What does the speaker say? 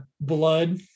blood